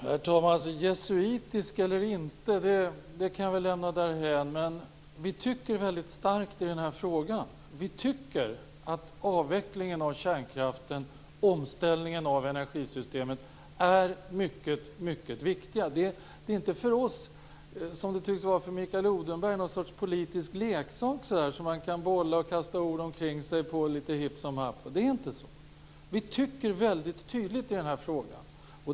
Herr talman! Jesuitiskt eller inte - det kan jag lämna därhän - men vi tycker väldigt starkt i den här frågan. Vi tycker att avvecklingen av kärnkraften och omställningen av energisystemet är mycket viktig. Detta är för oss inte, som det tycks vara för Mikael Odenberg, något slags politisk leksak, som man kan bolla med och kasta ord på litet hipp som happ. Det är inte så, utan vi tycker väldigt tydligt i den här frågan.